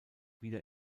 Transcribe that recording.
wieder